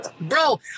Bro